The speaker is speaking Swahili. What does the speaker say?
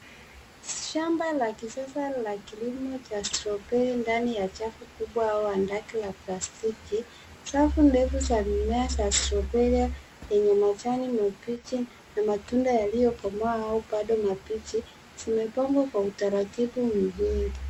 Shamba la kisasa la kilimo cha strawberry ndani ya chafu kubwa au wandaki la plastiki. Safu ndefu za mimea za strawberry yenye majani mabichi na matunda yaliyo komaa au bado mabichi zimepandwa kwa mtaratibu mzuri.